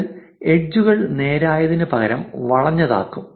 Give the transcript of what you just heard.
ഇത് എഡ്ജ്കൾ നേരായതിനുപകരം വളഞ്ഞതാക്കും